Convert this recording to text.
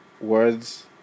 Words